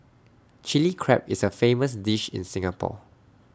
Chilli Crab is A famous dish in Singapore